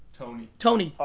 tony. tony.